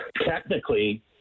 Technically